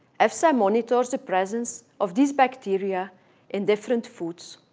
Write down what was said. efsa monitors the presence of these bacteria in different foods.